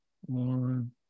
one